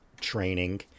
training